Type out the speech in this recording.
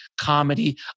comedy